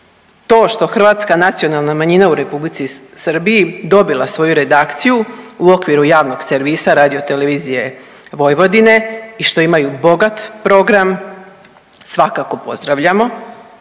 To što je hrvatska nacionalna manjina u Republici Srbiji dobila svoju redakciju u okviru javnog servisa Radiotelevizije Vojvodine i što imaju bogat program svakako pozdravljamo,